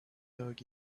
dog